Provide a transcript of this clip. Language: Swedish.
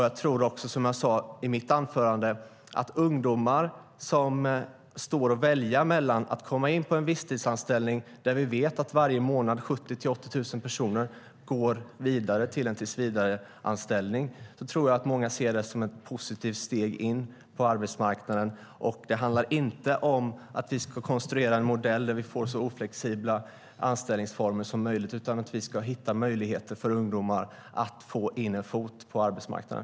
Jag tror också, som jag sade i mitt anförande, att många ungdomar som har att välja mellan att komma in på en visstidsanställning där vi vet att varje månad 70 000-80 000 personer går vidare till en tillsvidareanställning, ser det som ett positivt steg in på arbetsmarknaden. Det handlar inte om att vi ska konstruera en modell där vi får så oflexibla anställningsformer som möjligt utan att vi ska hitta möjligheter för ungdomar att få in en fot på arbetsmarknaden.